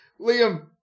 Liam